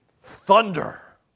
Thunder